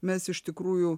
mes iš tikrųjų